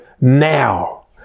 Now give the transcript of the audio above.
Now